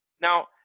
Now